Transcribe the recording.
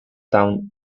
town